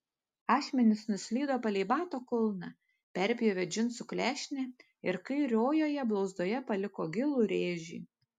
ašmenys nuslydo palei bato kulną perpjovė džinsų klešnę ir kairiojoje blauzdoje paliko gilų rėžį